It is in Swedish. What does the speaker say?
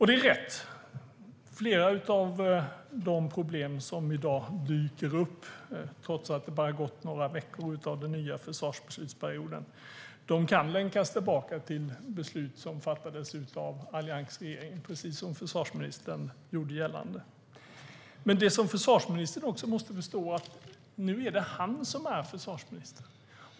Det är rätt att flera av de problem som i dag dyker upp, trots att det bara har gått några veckor av den nya försvarsbeslutsperioden, kan länkas tillbaka till beslut som fattades av alliansregeringen, precis som försvarsministern gjorde gällande. Men det som försvarsministern också måste förstå är att det nu är han som är försvarsminister.